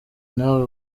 nawe